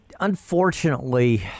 Unfortunately